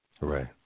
Right